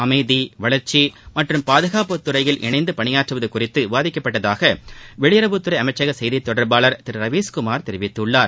அமைதி வளர்ச்சி மற்றும் பாதுகாப்பு துறையில் இணைந்து பணியாற்றுவது குறித்து விவாதிக்கப்பட்டதாக வெளியுறவுத்துறை அமைச்சக செய்தி தொடர்பாளர் திரு ரவீஸ்குமார் தெரிவித்தார்